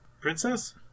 princess